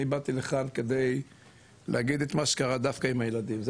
אני באתי לכאן כדי להגיד את מה שקרה דווקא עם הילדים,